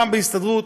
גם בהסתדרות,